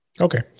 Okay